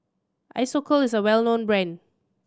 Isocal is a well known brand